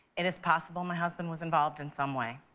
it is possible my husband was involved in some way.